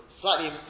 slightly